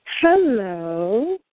Hello